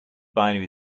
binary